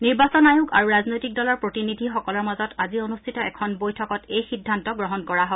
নিৰ্বাচন আয়োগ আৰু ৰাজনৈতিক দলৰ প্ৰতিনিধি সকলৰ মাজত আজি অনুষ্ঠিত এখন বৈঠকত এই সিদ্ধান্ত গ্ৰহণ কৰা হয়